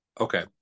okay